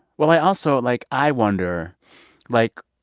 well, i also like, i wonder like,